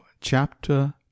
Chapter